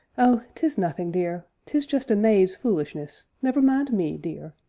oh! tis nothing, dear, tis just a maid's fulishness never mind me, dear.